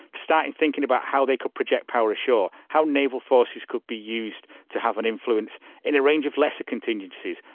started thinking about how they could project power ashore, how naval forces could be used to have an influence in a range of lesser contingencies,